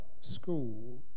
school